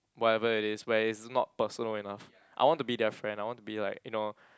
whatever it is but it's not personal enough I want to be their friend I want to be like you know